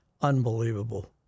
unbelievable